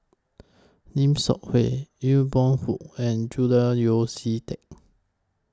Lim Seok Hui Aw Boon Haw and Julian Yeo See Teck